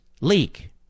leak